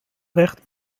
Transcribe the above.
recht